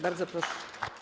Bardzo proszę.